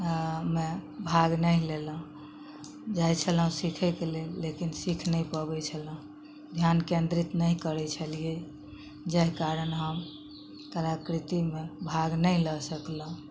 मे भाग नहि लेलहुॅं जाइ छलहुॅं सीखैके लेल लेकिन सीख नहि पबै छलहुॅं ध्यान केन्द्रित नहि करै छलियै जाहि कारण हम कलाकृतिमे भाग नहि लऽ सकलहुॅं